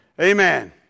Amen